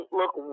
look